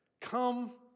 Come